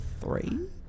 three